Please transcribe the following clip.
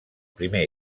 primer